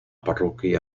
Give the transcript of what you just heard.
parroquia